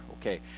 okay